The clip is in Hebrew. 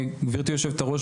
גברתי היושבת-ראש,